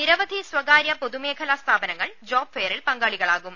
നിര വധി സ്വകാര്യ പൊതുമേഖലാ സ്ഥാപനങ്ങൾ ജോബ് ഫെയറിൽ പങ്കാളികളാകും